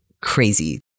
crazy